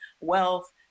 wealth